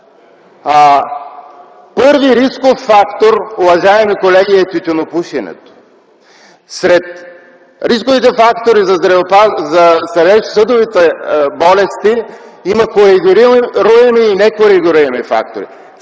първи рисков фактор, уважаеми колеги, е тютюнопушенето! Сред рисковите фактори за сърдечно-съдовите болести има коригируеми и некоригируеми фактори.